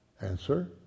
Answer